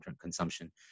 consumption